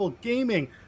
Gaming